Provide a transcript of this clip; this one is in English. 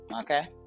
okay